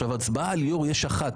הצבעה על יושב-ראש יש אחת.